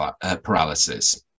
paralysis